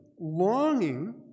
longing